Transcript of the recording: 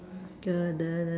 the the the